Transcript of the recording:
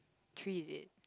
three is it